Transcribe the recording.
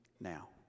now